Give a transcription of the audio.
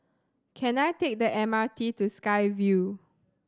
can I take the M R T to Sky Vue